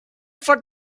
for